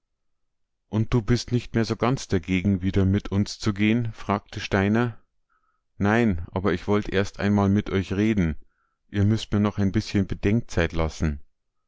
und du bist nicht mehr so ganz dagegen wieder mit uns zu gehn fragte steiner nein aber ich wollt erst einmal mit euch reden ihr müßt mir noch ein bißchen bedenkzeit lassen